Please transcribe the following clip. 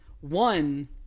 one